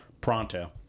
Pronto